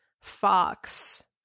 fox